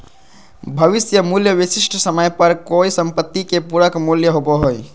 भविष्य मूल्य विशिष्ट समय पर कोय सम्पत्ति के पूरक मूल्य होबो हय